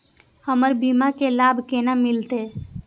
हमर बीमा के लाभ केना मिलते?